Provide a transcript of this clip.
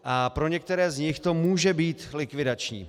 A pro některé z nich to může být likvidační.